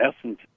essence